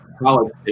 college